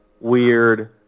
weird